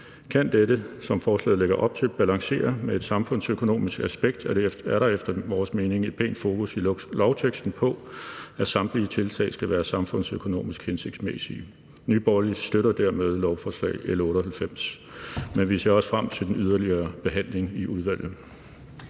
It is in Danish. Kan dette, som forslaget lægger op til, balancere med et samfundsøkonomisk aspekt, er der efter vores mening et pænt fokus i lovteksten på, at samtlige tiltag skal være samfundsøkonomisk hensigtsmæssige. Nye Borgerlige støtter dermed lovforslag nr. L 98, og vi ser også frem til den yderligere behandling i udvalget.